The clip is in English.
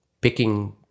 picking